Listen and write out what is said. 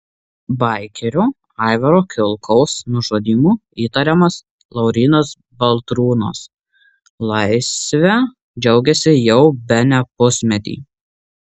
baikerio aivaro kilkaus nužudymu įtariamas laurynas baltrūnas laisve džiaugiasi jau bene pusmetį